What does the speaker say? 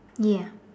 ya